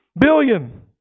billion